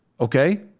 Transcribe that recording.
okay